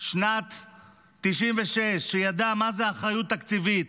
שנת 1996, שידע מה זה אחריות תקציבית,